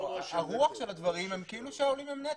הרוח של הדברים זה כאילו שהעולים הם נטל.